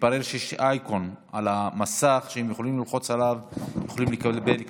והתברר שיש אייקון על המסך שהם יכולים ללחוץ עליו ולקבל כתוביות.